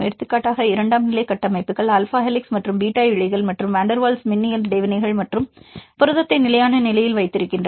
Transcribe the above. எடுத்துக்காட்டாக இரண்டாம் நிலை கட்டமைப்புகள் ஆல்பா ஹெலிக்ஸ் மற்றும் பீட்டா இழைகள் மற்றும் வான் டெர் வால்ஸ் மின்னியல் இடைவினைகள் மற்றும் புரதத்தை நிலையான நிலையில் வைத்திருக்கின்றன